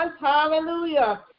hallelujah